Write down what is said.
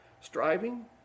striving